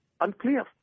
unclear